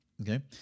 Okay